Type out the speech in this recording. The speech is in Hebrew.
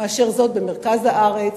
מזו שבמרכז הארץ.